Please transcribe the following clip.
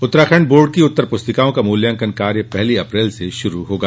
Uttarakhand board की उत्तर पुस्तिकाओं का मुल्यांकन कार्य पहली अप्रैल से शुरू होगा